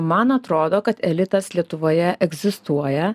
man atrodo kad elitas lietuvoje egzistuoja